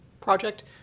project